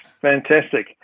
Fantastic